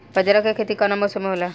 बाजरा के खेती कवना मौसम मे होला?